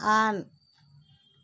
on